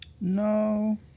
No